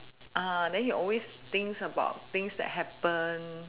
uh then he always thinks about things that happen